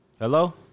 Hello